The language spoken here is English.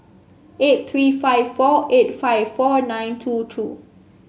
eight three five four eight five four nine two two